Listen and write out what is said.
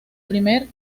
primer